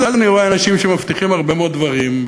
אז אני רואה אנשים שמבטיחים הרבה מאוד דברים,